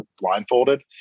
blindfolded